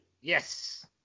Yes